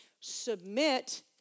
Submit